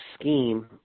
scheme